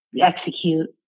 execute